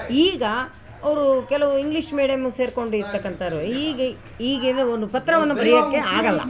ಈಗ ಅವರು ಕೆಲವು ಇಂಗ್ಲೀಷ್ ಮೀಡಿಯಮಗೆ ಸೇರ್ಕೊಂಡಿರ್ತಕ್ಕಂಥೋರು ಈಗ ಈಗೆನ್ ಒಂದು ಪತ್ರವನ್ನು ಬರಿಯೋಕ್ಕೆ ಆಗೋಲ್ಲ